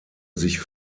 sich